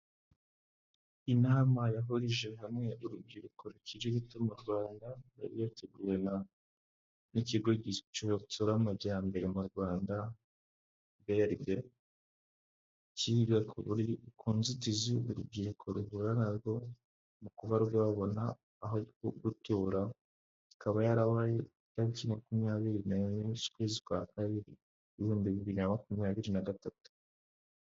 Inama yahurije hamwe urubyiruko rukiri ruto mu Rwanda yari yateguwe n'ikigo gitsura amajyambere mu Rwanda BRD, cyiga ku buryo ku nzitizi urubyiruko ruhura narwo mu kuba rwa babona aho gutura, ikaba yarabaye itariki makumyabiri n'enye z'ukwezi kwa kabiri ibibihumbi bibiri na makumyabiri n'agatatu.